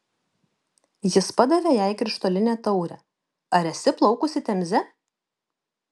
jis padavė jai krištolinę taurę ar esi plaukusi temze